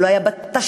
שלא היו בה תשתיות,